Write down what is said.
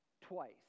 twice